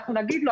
אנחנו נגיד לו,